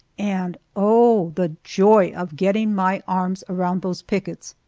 and oh, the joy of getting my arms around those pickets!